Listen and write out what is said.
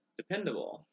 dependable